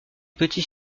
petits